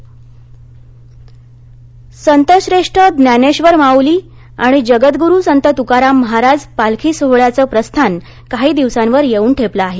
पालखी संतश्रेष्ठ ज्ञानेश्वर माउली आणि जगद्रूरू संत तुकाराम महाराज पालखी सोहळ्याचं प्रस्थान काही दिवसांवर येऊन ठेपलं आहे